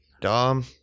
Dom